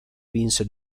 vinse